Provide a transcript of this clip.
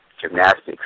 gymnastics